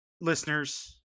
listeners